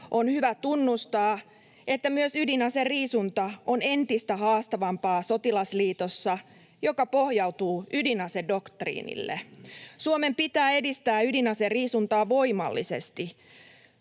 On hyvä tunnustaa, että myös ydinaseriisunta on entistä haastavampaa sotilasliitossa, joka pohjautuu ydinasedoktriinille. Suomen pitää edistää ydinaseriisuntaa voimallisesti.